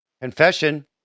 Confession